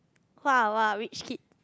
!wah! !wah! rich kid